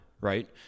right